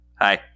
Hi